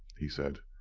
he said